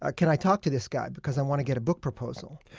ah can i talk to this guy? because i want to get a book proposal.